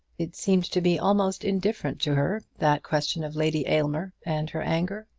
it seemed to be almost indifferent to her, that question of lady aylmer and her anger.